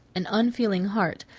an unfeeling heart,